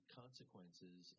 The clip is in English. consequences